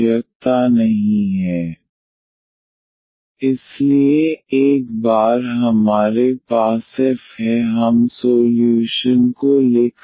तो आइए हम यहां उदाहरण के माध्यम से चलते हैं x2 4xy 2y2dxy2 4xy 2x2dy0 Mx2 4xy 2y2 Ny2 4xy 2x2 ∂M∂y 4x 4y∂N∂x यह समीकरण इग्ज़ैक्ट है इसलिए वहाँ एक फ़ंक्शन fxy ऐसा मौजूद है dfxy∂f∂xdx∂f∂ydy MdxNdy तो दिए गए समीकरण इग्ज़ैक्ट है